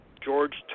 George